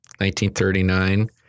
1939